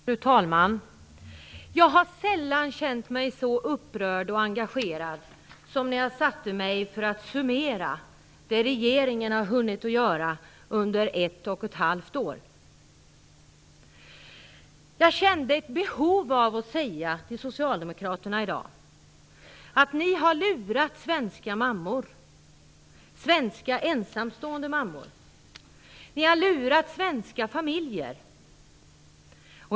Fru talman! Jag har sällan känt mig så upprörd och engagerad som när jag satte mig för att summera det regeringen har hunnit göra under ett och ett halvt år. Jag kände ett behov av att säga till socialdemokraterna i dag: Ni har lurat svenska mammor, svenska ensamstående mammor. Ni har lurat svenska familjer.